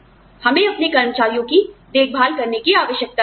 आप जानते हैं हमें अपने कर्मचारियों की देखभाल करने की आवश्यकता है